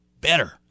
better